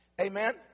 Amen